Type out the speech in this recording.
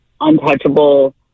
untouchable